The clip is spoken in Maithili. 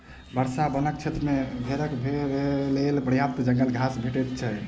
वर्षा वनक क्षेत्र मे भेड़क लेल पर्याप्त जंगल घास भेटैत छै